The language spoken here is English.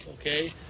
okay